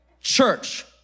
Church